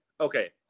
okay